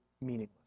meaningless